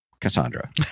Cassandra